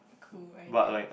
cool I guess